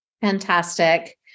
Fantastic